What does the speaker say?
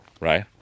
right